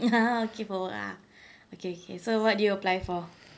ya okay for work ah okay okay so what did you apply for